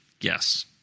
Yes